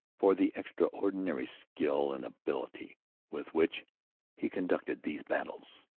for the extraordinary skill and ability with which he conducted these battles.